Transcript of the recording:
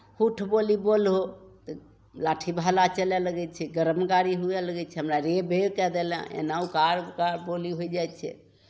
हुठ बोली बोलहौ तऽ लाठी भाला चलए लगै छै गारम गारी हुए लगै छै हमरा रेर भेर कए देलनि एना उकार उकार बोली होइ जाइ छै